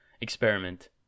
experiment